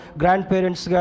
grandparents